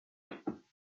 vit